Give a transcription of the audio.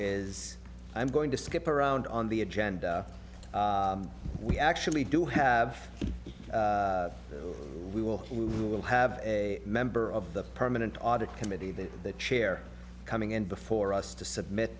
is i'm going to skip around on the agenda we actually do have we will we will have a member of the permanent audit committee that the chair coming in before us to submit